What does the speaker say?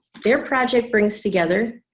their project brings together